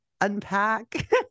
unpack